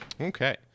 okay